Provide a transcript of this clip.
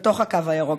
בתוך הקו הירוק,